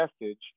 message